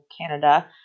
Canada